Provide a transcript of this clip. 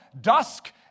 dusk